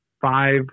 five